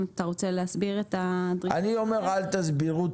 אני אומר אל תסבירו,